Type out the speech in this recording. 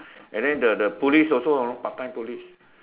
and then the the police also know part time police